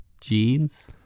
jeans